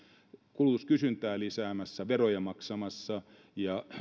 kulutuskysyntää lisäämässä veroja maksamassa ja